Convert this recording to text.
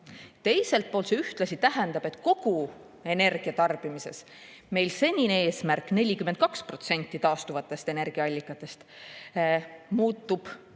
Teiselt poolt see tähendab, et kogu energiatarbimises meie senine eesmärk, 42% taastuvatest energiaallikatest, muutub